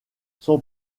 son